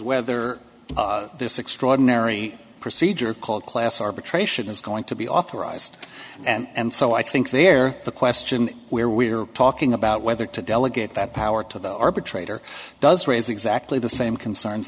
whether this extraordinary procedure called class arbitration is going to be authorized and so i think there the question where we are talking about whether to delegate that power to the arbitrator does raise exactly the same concerns